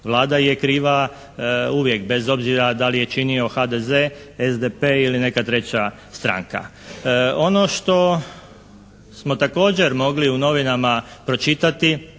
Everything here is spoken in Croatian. Vlada je kriva uvijek bez obzira da li je činio HDZ, SDP ili neka treća stranka. Ono što smo također mogli u novinama pročitati,